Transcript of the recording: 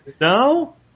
No